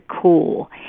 cool